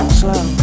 slow